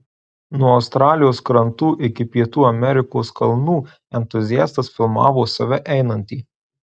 nuo australijos krantų iki pietų amerikos kalnų entuziastas filmavo save einantį